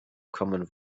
common